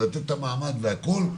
ולתת את המעמד והכול,